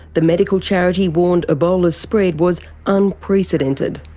the medical charity warned ebola's spread was unprecedented.